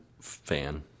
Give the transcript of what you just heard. fan